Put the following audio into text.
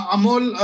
Amol